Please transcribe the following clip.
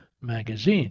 Magazine